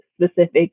specific